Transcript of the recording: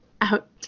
out